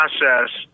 process